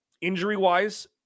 injury-wise